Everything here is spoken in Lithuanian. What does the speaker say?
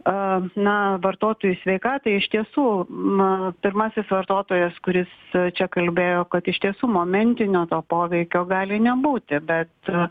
a na vartotojų sveikatai iš tiesų nu pirmasis vartotojas kuris čia kalbėjo kad iš tiesų momentinio to poveikio gali nebūti bet